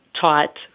taught